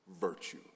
virtue